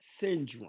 syndrome